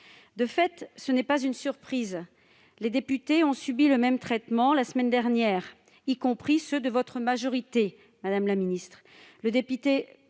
De fait, ce n'est pas une surprise. Les députés ont subi le même traitement la semaine dernière, y compris ceux de votre majorité, madame la ministre.